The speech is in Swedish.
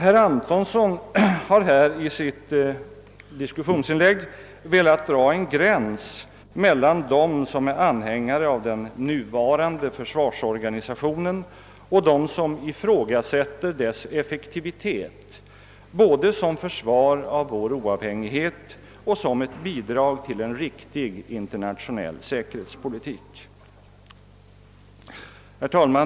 Herr Antonsson har här i sitt diskussionsinlägg velat dra en gräns mellan dem som är anhängare av den nuvaran de försvarsorganisationen och dem som ifrågasätter dess effektivitet både som försvar av vår oavhängighet och som ett bidrag till en riktig internationell säkerhetspolitik. Herr talman!